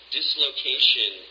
dislocation